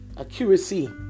accuracy